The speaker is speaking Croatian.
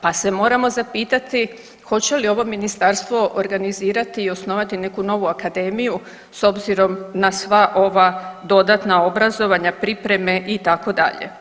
Pa se moramo zapitati hoće li ovo ministarstvo organizirati i osnovati neku novu akademiju s obzirom na sva ova dodatna obrazovanja, pripreme itd.